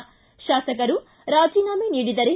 ಿ ಶಾಸಕರು ರಾಜೀನಾಮಿ ನೀಡಿದರೆ